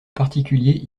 particulier